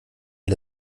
den